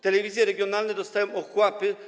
Telewizje regionalne dostają ochłapy.